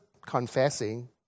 confessing